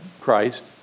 Christ